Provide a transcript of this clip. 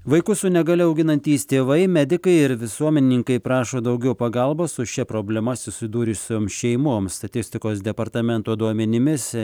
vaikus su negalia auginantys tėvai medikai ir visuomenininkai prašo daugiau pagalbos su šia problema susidūrusioms šeimoms statistikos departamento duomenimis